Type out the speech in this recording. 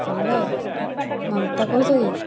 hello Mamata କହୁଛ କି